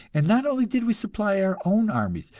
and not only did we supply our own armies,